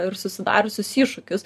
ir susidariusius iššūkius